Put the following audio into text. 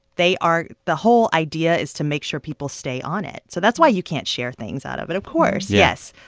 they are the whole idea is to make sure people stay on it. so that's why you can't share things out of it. of course. yes.